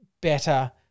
better